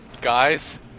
Guys